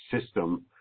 system